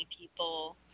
people